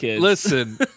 Listen